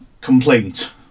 complaint